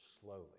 slowly